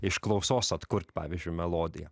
iš klausos atkurt pavyzdžiu melodiją